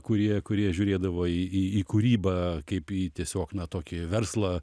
kurie kurie žiūrėdavo į į į kūrybą kaip į tiesiog na tokį verslą